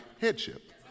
headship